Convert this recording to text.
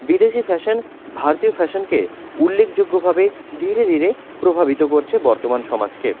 বিদেশি ফ্যাশন ভারতীয় ফ্যাশনকে উল্লেখযোগ্যভাবে ধীরে ধীরে প্রভাবিত করছে বর্তমান সমাজকে